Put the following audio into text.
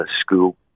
school